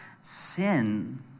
sin